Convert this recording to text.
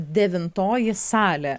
devintoji salė